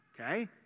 okay